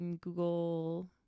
Google